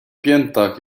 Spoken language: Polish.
piętach